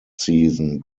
season